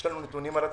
יש לנו נתונים על זה.